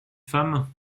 femmes